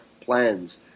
plans